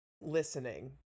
listening